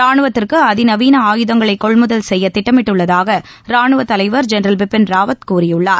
ரானுவத்திற்கு அதிநவீன ஆயுதங்களை கொள்முதல் செய்ய திட்டமிட்டுள்ளதாக ராணுவத் தலைவர் ஜெனரல் பிபின் ராவத் கூறியுள்ளார்